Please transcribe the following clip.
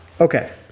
Okay